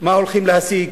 מה הולכים להשיג,